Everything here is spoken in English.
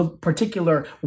particular